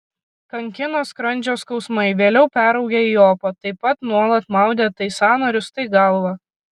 kankino skrandžio skausmai vėliau peraugę į opą taip pat nuolat maudė tai sąnarius tai galvą